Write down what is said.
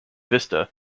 vista